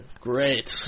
great